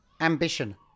Ambition